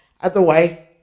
Otherwise